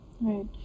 right